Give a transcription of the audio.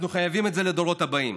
אנחנו חייבים את זה לדורות הבאים.